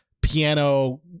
piano